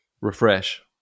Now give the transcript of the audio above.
refresh